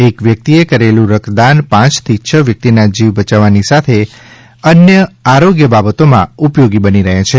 એક વ્યક્તિએ કરેલું રક્તદાન પાંચથી છ વ્યક્તિના જીવ બચાવવાની સાથે અન્ય આરોગ્ય બાબતોમાં ઉપયોગી બની રહે છે